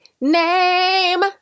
name